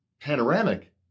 panoramic